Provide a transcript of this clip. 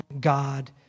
God